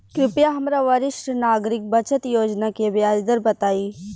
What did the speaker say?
कृपया हमरा वरिष्ठ नागरिक बचत योजना के ब्याज दर बताई